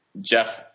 Jeff